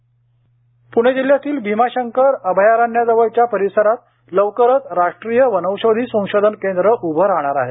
प्णे जिल्ह्यातील भीमाशंकर अभयारण्याजवळच्या परिसरात लवकरच राष्ट्रीय वनौषधी संशोधन केंद्र उभं राहणार आहे